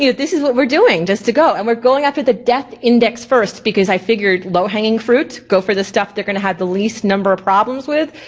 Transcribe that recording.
yeah this is what we're doing, just to go. and we're going after the death index first because i figured, low hanging fruit, go for the stuff they're gonna have the least number of problems with.